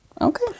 Okay